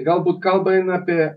galbūt kalba eina apie